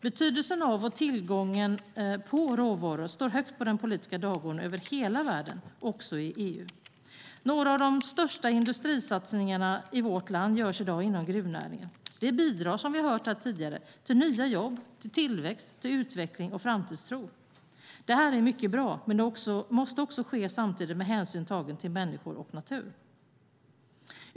Betydelsen av och tillgången på råvaror står högt på den politiska dagordningen över hela världen, också i EU. Några av de största industrisatsningarna i vårt land görs i dag inom gruvnäringen. Det bidrar, som vi har hört här tidigare, till nya jobb, tillväxt, utveckling och framtidstro. Det är mycket bra, men det måste samtidigt ske med hänsyn tagen till människor och natur.